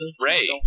Ray